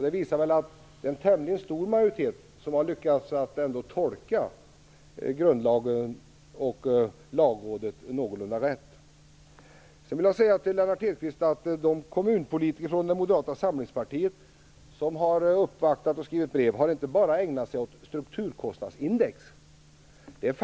Det visar att en tämligen stor majoritet har lyckats tolka grundlagen och Lagrådet någorlunda rätt. Sedan vill jag säga till Lennart Hedquist att de kommunpolitiker från Moderata samlingspartiet som har uppvaktat och skrivit brev inte bara har ägnat sig åt strukturkostnadsindex.